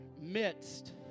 midst